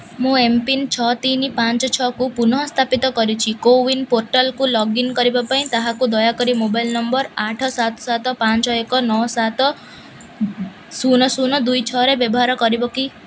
ମୋ M pin ଛଅ ତିନି ପାଞ୍ଚ ଛଅ କୁ ପୁନଃସ୍ଥାପିତ କରିଛି କୋ ୱିନ ପୋର୍ଟାଲ କୁ ଲଗ୍ଇନ କରିବା ପାଇଁ ତାହାକୁ ଦୟାକରି ମୋବାଇଲ ନମ୍ବର ଆଠ ସାତ ସାତ ପାଞ୍ଚ ଏକ ନଅ ସାତ ଶୂନ ଶୂନ ଦୁଇ ଛଅ ରେ ବ୍ୟବହାର କରିବ କି